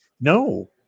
No